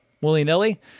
willy-nilly –